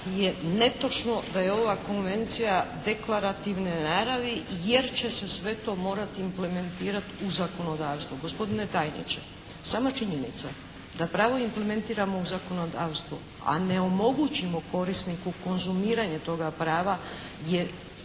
je netočno da je ova konvencija deklarativne naravi jer će se sve to morati implementirati u zakonodavstvo. Gospodine tajniče, sama činjenica da pravo implementiramo u zakonodavstvo, a onemogućimo korisniku konzumiranje toga prava